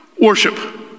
worship